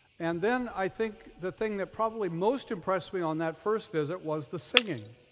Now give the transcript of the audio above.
and then, i think, the thing that probably most impressed me on that first visit was the singing.